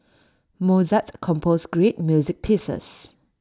Mozart composed great music pieces